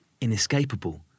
inescapable